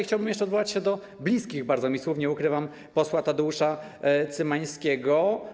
Chciałbym jeszcze odwołać się do bliskich mi słów, nie ukrywam, posła Tadeusza Cymańskiego.